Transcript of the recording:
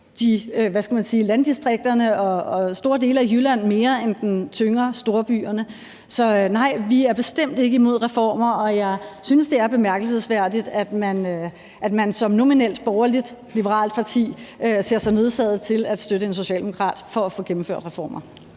landdistrikterne og store dele af Jylland, mere end den tynger storbyerne. Så nej, vi er bestemt ikke imod reformer, og jeg synes, det er bemærkelsesværdigt, at man som nominelt borgerligt-liberalt parti ser sig nødsaget til at støtte en socialdemokrat for at få gennemført reformer.